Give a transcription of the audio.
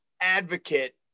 advocate